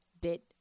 bit